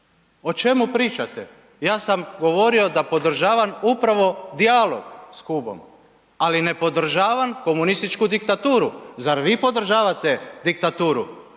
O čemu pričate? Ja sam govorio da podržavam upravo dijalog s Kubom, ali ne podržavam komunističku diktaturu. Zar vi podržavate diktaturu?